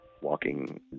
walking